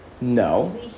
No